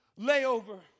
Layover